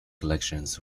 collections